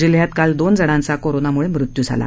जिल्ह्यात काल दोन जणांचा कोरोनामुळे मृत्यू झाला